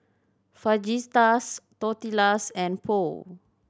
Fajitas Tortillas and Pho